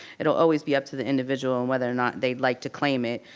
it'll always be up to the individual and whether or not they'd like to claim it.